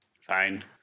Fine